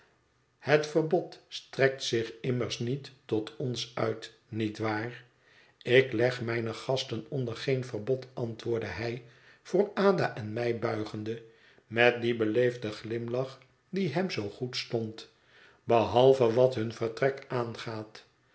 het verbod strekt zich immers niet tot ons uit niet waar ik leg mijne gasten onder geen verbod antwoordde hij voor ada en mij buigende met dien beleefden glimlach die hem zoo goed stond behalve wat hun vertrek aangaat